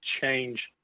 change